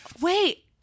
Wait